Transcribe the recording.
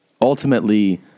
ultimately